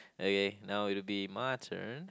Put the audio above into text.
okay now it will be my turn